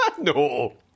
No